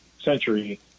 century